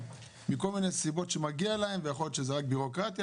מכל מיני סיבות שמגיע להם ויכול להיות שזו רק בירוקרטיה.